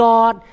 God